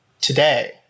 today